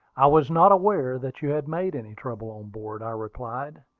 i was not aware that you had made any trouble on board, i replied.